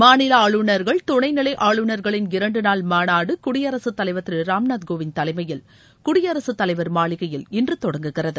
மாநில ஆளுநர்கள் துணை நிலை ஆளுநர்களின் இரண்டு நாள் மாநாடு குடியரசுத் தலைவர் திரு ராம்நாத் கோவிந்த் தலைமையில் குடியரசுத் தலைவர் மாளிகையில் இன்று தொடங்குகிறது